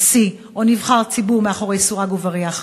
נשיא או נבחר ציבור מאחורי סורג ובריח.